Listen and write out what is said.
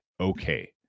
okay